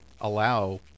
allow